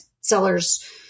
sellers